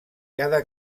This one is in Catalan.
cada